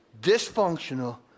dysfunctional